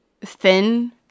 thin